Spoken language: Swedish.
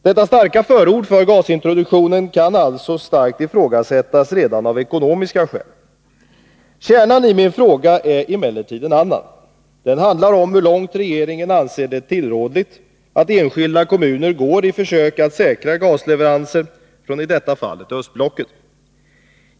Detta starka förord för gasintroduktion kan alltså starkt ifrågasättas redan av ekonomiska skäl. Kärnan i min fråga är dock en annan. Den handlar om hur långt regeringen anser det tillrådligt att enskilda kommuner går i syfte att säkra gasleveranser från i detta fall Östblocket.